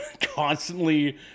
constantly